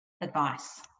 advice